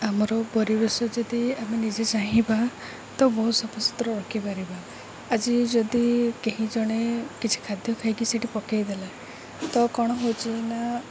ଆମର ପରିବେଶ ଯଦି ଆମେ ନିଜେ ଚାହିଁବା ତ ବହୁତ ସଫା ସୁତୁରା ରଖିପାରିବା ଆଜି ଯଦି କେହି ଜଣେ କିଛି ଖାଦ୍ୟ ଖାଇକି ସେଠି ପକାଇ ଦେଲା ତ କ'ଣ ହେଉଛି ନା